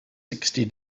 sixty